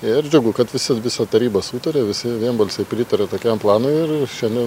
ir džiugu kad visi visa taryba sutarė visi vienbalsiai pritarė tokiam planui ir šiandien